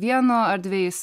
vieno ar dvejais